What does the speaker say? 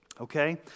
okay